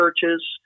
churches